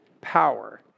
power